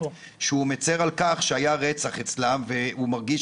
שהוא מצר על כך שהיה רצח אצלם והוא מרגיש